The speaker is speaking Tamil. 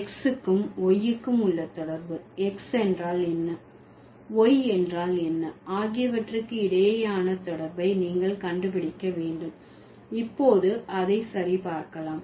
Xக்கும் yக்கும் உள்ள தொடர்பு x என்றால் என்ன y என்றால் என்ன ஆகியவற்றுக்கு இடையேயான தொடர்பை நீங்கள் கண்டுபிடிக்க வேண்டும் இப்போது அதை சரி பார்க்கலாம்